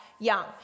young